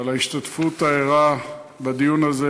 ועל ההשתתפות הערה בדיון הזה,